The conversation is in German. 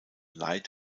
leid